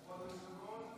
כבוד היושב-ראש,